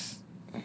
it is